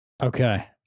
Okay